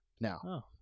now